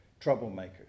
troublemakers